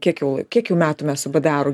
kiek jau lai kiek jau metų mes su b d aru